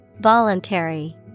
Voluntary